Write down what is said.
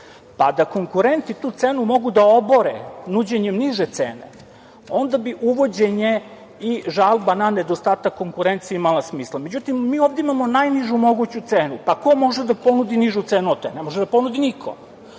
pa da konkurenti tu cenu mogu da obore nuđenjem niže cene, onda bi uvođenje i žalba na nedostatak konkurencije imalo smisla.Međutim, mi ovde imamo najnižu moguću cenu. Ko može da ponudi nižu cenu od te? Ne može da ponudi niko.